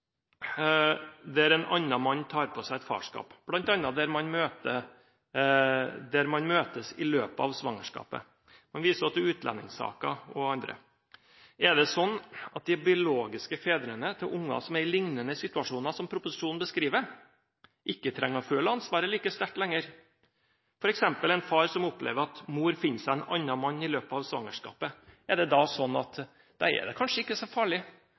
en annen mann tar på seg et farskap, bl.a. der man møtes i løpet av svangerskapet. Man viser også til utlendingssaker og andre saker. Er det sånn at de biologiske fedrene til unger som er i lignende situasjoner som proposisjonen beskriver, ikke trenger å føle ansvaret like sterkt lenger? For eksempel i det tilfellet en far opplever at mor finner seg en annen mann i løpet av svangerskapet, er det sånn at da er det kanskje ikke så farlig,